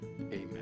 Amen